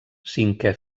cinquè